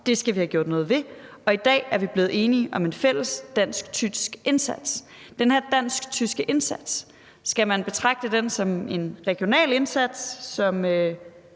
Det skal vi have gjort noget ved, og i dag er vi blevet enige om en fælles dansk-tysk indsats.« Skal man betragte den her dansk-tyske indsats som en regional indsats, som